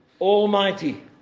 almighty